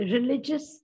Religious